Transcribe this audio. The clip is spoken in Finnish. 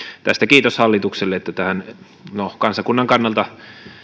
tästä kiitos hallitukselle että tähän no kansakunnan kannalta